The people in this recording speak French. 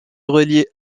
relié